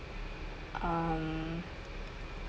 um